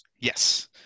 Yes